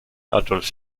adolf